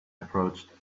approached